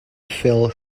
phil